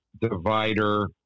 divider